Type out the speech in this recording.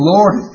Lord